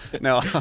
no